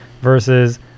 versus